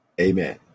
Amen